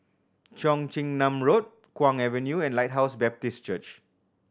Cheong Chin Nam Road Kwong Avenue and Lighthouse Baptist Church